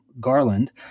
Garland